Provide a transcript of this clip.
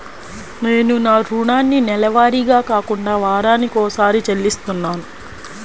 నేను నా రుణాన్ని నెలవారీగా కాకుండా వారానికోసారి చెల్లిస్తున్నాను